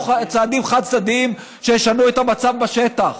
צעדים חד-צדדיים שישנו את המצב בשטח.